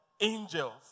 angels